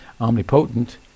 omnipotent